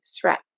threat